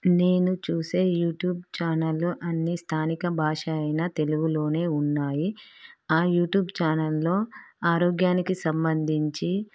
నేను చూసే యూట్యూబ్ ఛానల్లో అన్ని స్థానిక భాష అయినా తెలుగులోనే ఉన్నాయి ఆ యూట్యూబ్ ఛానల్లో ఆరోగ్యానికి సంబంధించి